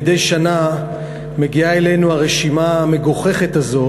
מדי שנה מגיעה אלינו הרשימה המגוחכת הזאת